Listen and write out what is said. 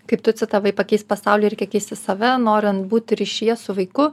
kaip tu citavai pakeist pasaulį reikia keisti save norint būti ryšyje su vaiku